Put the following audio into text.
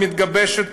המתגבשת,